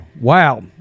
Wow